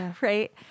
Right